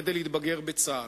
כדי להתבגר בצה"ל.